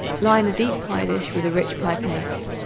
line a deep pie-dish with rich pie-paste.